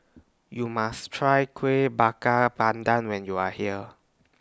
YOU must Try Kueh Bakar Pandan when YOU Are here